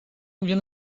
viene